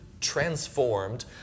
transformed